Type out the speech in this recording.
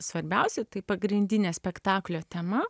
svarbiausia tai pagrindinė spektaklio tema